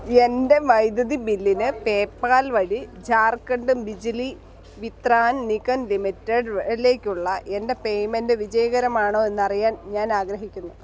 എൻ്റെ വൈദ്യുതി ബില്ലിന് പേപാൽ വഴി ജാർഖണ്ഡ് ബിജ്ലി വിത്രാൻ നിഗൻ ലിമിറ്റഡിലേക്കുള്ള എൻ്റെ പേയ്മെൻ്റ് വിജയകരമാണോ എന്ന് അറിയാൻ ഞാൻ ആഗ്രഹിക്കുന്നു